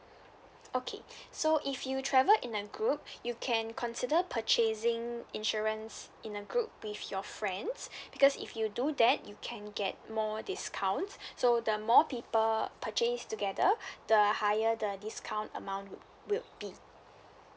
okay so if you travel in a group you can consider purchasing insurance in a group with your friends because if you do that you can get more discount so the more people purchase together the higher the discount amount would would be